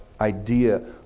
idea